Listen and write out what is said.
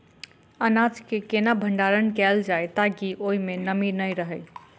अनाज केँ केना भण्डारण कैल जाए ताकि ओई मै नमी नै रहै?